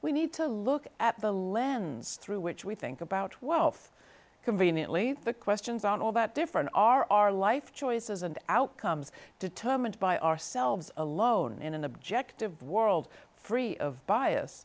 we need to look at the lens through which we think about wealth conveniently the questions aren't all that different are our life choices and outcomes determined by ourselves alone in an objective world free of bias